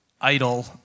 idol